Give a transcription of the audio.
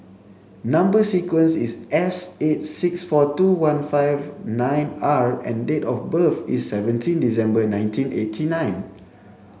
number sequence is S eight six four two one five nine R and date of birth is seventeen December nineteen eighty nine